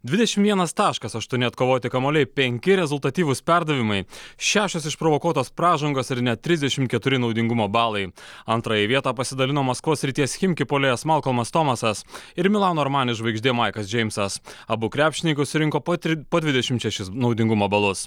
dvidešimt vienas taškas aštuoni atkovoti kamuoliai penki rezultatyvūs perdavimai šešios išprovokuotos pražangos ir net trisdešimt keturi naudingumo balai antrąją vietą pasidalino maskvos srities chimki puolėjas malkolmas tomasas ir milano ormanės žvaigždė maikas džeimsas abu krepšininkus rinko po po dvidešimt šešis naudingumo balus